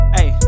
Hey